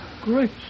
Great